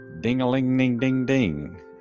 ding-a-ling-ding-ding-ding